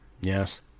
Yes